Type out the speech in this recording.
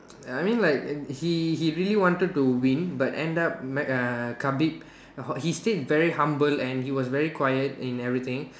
I mean like he he really wanted to win but end up Mc uh Khabib he stayed very humble and he was very quiet in everything